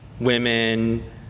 women